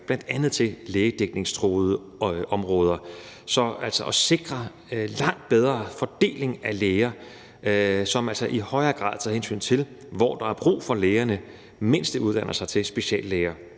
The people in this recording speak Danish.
bl.a. til lægedækningstruede områder. Så det handler altså om at sikre en langt bedre fordeling af læger – en fordeling, som i højere grad tager hensyn til, hvor der er brug for lægerne – mens de uddanner sig til speciallæger.